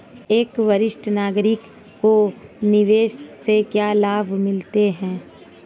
एक वरिष्ठ नागरिक को निवेश से क्या लाभ मिलते हैं?